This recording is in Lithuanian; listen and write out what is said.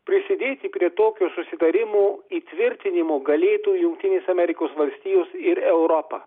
prisidėsi prie tokio susitarimo įtvirtinimų galėtų jungtinės amerikos valstijos ir europa